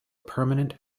permanent